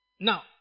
Now